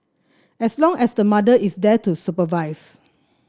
as long as the mother is there to supervise